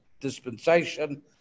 dispensation